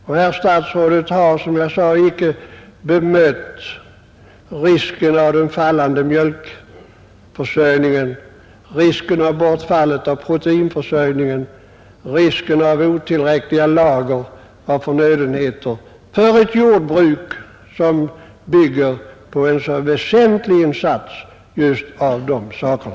Och jordbruksministern har som jag sade inte bemött risken av den fallande mjölkförsörjningen, risken av bortfallet av proteinförsörjningen, risken av otillräckliga lager och förnödenheter för ett jordbruk som bygger på en så väsentlig insats av de sakerna.